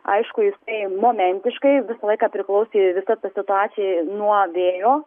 aišku jis ėjo momentiškai visą laiką priklausė visa ta situacija nuo vėjo